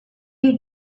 they